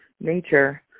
nature